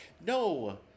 No